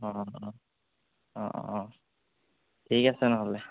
অঁ অঁ অঁ অঁ অঁ ঠিক আছে নহ'লে